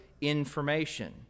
information